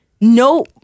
no